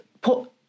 put